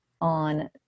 on